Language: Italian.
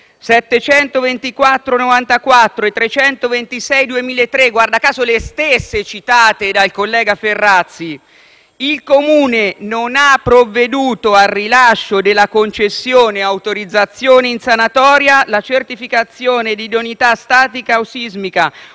e n. 326 del 2003,» - guarda caso le stesse citate dal senatore Ferrazzi - «il Comune non ha provveduto al rilascio della concessione o autorizzazione in sanatoria, la certificazione di idoneità statica o sismica,